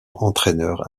entraîneur